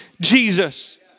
Jesus